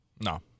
No